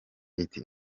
iti